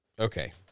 Okay